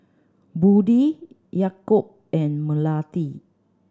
Budi Yaakob and Melati